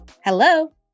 Hello